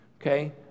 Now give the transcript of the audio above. Okay